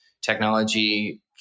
technology